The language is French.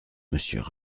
monsieur